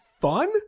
fun